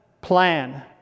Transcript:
plan